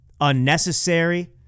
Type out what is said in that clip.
unnecessary